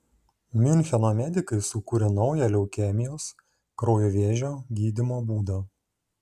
miuncheno medikai sukūrė naują leukemijos kraujo vėžio gydymo būdą